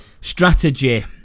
strategy